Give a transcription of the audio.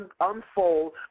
unfold